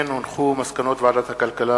מסקנות ועדת הכלכלה